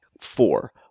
Four